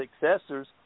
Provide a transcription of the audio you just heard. successors